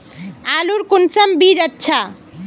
आलूर कुंसम बीज अच्छा?